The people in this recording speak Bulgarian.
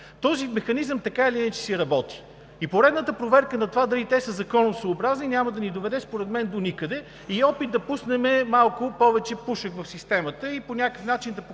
Този механизъм така или иначе си работи и поредната проверка на това дали те са законосъобразни няма да ни доведе според мен доникъде. Това е опит да пуснем малко повече пушек в системата и по някакъв начин да покажем